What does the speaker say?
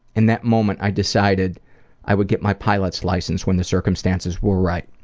in that moment i decided i would get my pilot's license when the circumstances were right.